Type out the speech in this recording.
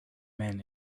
men